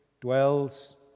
dwells